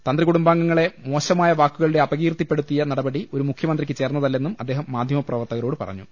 തന്ത്രികുടുംബാംഗങ്ങളെ മോശമായ വാക്കുകളിലൂടെ അപകീർത്തിപ്പെടുത്തിയ നടപടി ഒരു മുഖ്യമ ന്ത്രിക്ക് ചേർന്നതല്ലെന്നും അദ്ദേഹം മാധ്യമപ്രവർത്തകരോട് പറ ഞ്ഞു